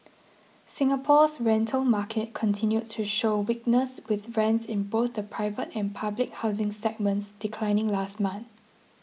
Singapore's rental market continued to show weakness with rents in both the private and public housing segments declining last month